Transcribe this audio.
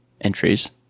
entries